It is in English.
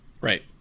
right